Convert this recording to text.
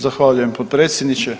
Zahvaljujem potpredsjedniče.